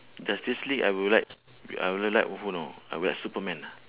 justice league I will like I only like who know I will like superman ah